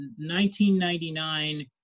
1999